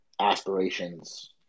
aspirations